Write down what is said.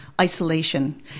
isolation